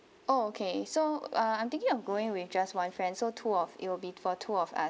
oh okay so uh I'm thinking of going with just one friend so two of it will be for two of us